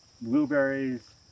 blueberries